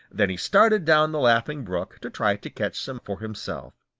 then he started down the laughing brook to try to catch some for himself.